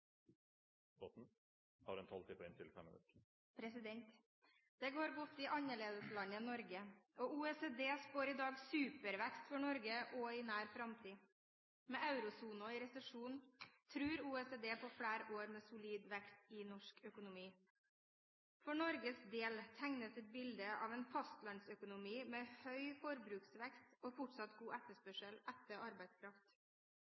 Det går godt i annerledeslandet Norge, og OECD spår i dag supervekst for Norge også i nær framtid. Med eurosonen i resesjon tror OECD på flere år med solid vekst i norsk økonomi. For Norges del tegnes et bilde av en fastlandsøkonomi med høy forbruksvekst og fortsatt god